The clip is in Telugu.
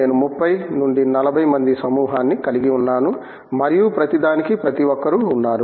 నేను 30 40 మంది సమూహాన్ని కలిగి ఉన్నాను మరియు ప్రతిదానికీ ప్రతిఒక్కరూ ఉన్నారు